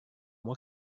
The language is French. moi